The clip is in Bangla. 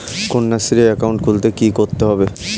কন্যাশ্রী একাউন্ট খুলতে কী করতে হবে?